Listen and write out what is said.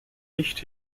nicht